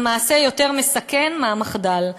המעשה יותר מסכן מהמַחדָל,